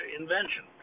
invention